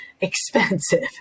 expensive